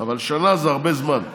אבל שנה זה הרבה זמן,